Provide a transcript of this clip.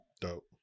dope